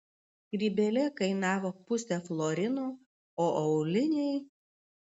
skrybėlė kainavo pusę florino o auliniai